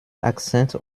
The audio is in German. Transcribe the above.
akzent